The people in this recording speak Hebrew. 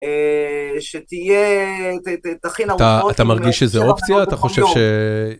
שתהיה אתה מרגיש שזה אופציה אתה חושב ש.